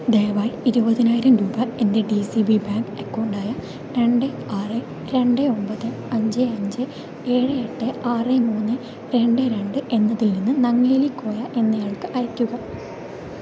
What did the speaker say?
ദയവായി ഇരുപതിനായിരം രൂപ എൻ്റെ D C B bank account ആയ രണ്ട് ആറ് രണ്ട് ഒൻപത് അഞ്ച് അഞ്ച് ഏഴ് എട്ട് ആറ് മൂന്ന് രണ്ട് രണ്ട് എന്നതിൽ നിന്ന് നങ്ങേലി കോയ എന്നയാൾക്ക് അയക്കുക